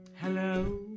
Hello